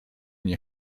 nie